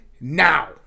now